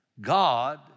God